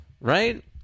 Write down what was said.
right